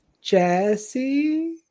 Jesse